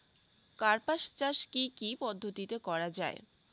কার্পাস চাষ কী কী পদ্ধতিতে করা য়ায়?